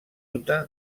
utah